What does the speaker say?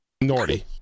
Norty